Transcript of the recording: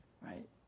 right